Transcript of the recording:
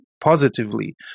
positively